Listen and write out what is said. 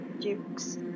dukes